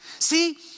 See